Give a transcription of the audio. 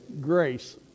grace